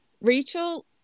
Rachel